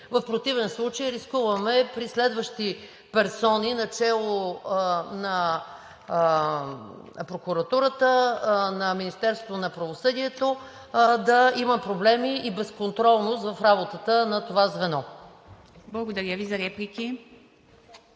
В противен случай рискуваме при следващи персони, начело на прокуратурата, на Министерството на правосъдието, да има проблеми и контролност в работата на това звено. ПРЕДСЕДАТЕЛ ИВА